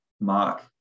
mark